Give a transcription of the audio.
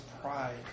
pride